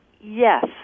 Yes